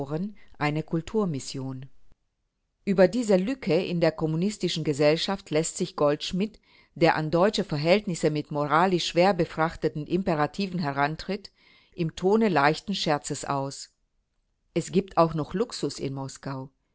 eine kulturmission über diese lücke in der kommunistischen gesellschaft läßt sich goldschmidt der an deutsche verhältnisse mit moralisch schwer befrachteten imperativen herantritt im tone leichten scherzes aus es gibt auch noch luxus in moskau